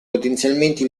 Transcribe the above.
potenzialmente